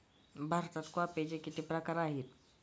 भारतात कॉफीचे किती प्रकार सापडतात?